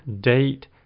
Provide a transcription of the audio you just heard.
date